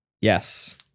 Yes